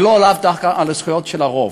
ולא דווקא על הזכויות של הרוב,